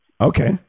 Okay